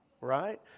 right